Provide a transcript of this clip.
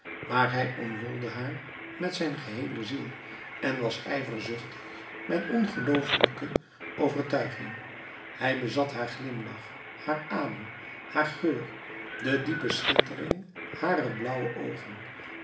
maar hij omhulde haar met zijn geheele ziel en was ijverzuchtig met ongelooflijke overtuiging hij bezat haar glimlach haar adem haar geur de diepe schittering harer blauwe oogen